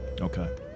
okay